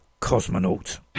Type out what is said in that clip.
Cosmonaut